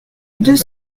deux